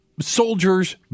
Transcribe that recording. soldiers